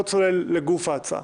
אני לא צולל לגוף ההצעה.